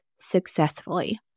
successfully